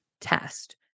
test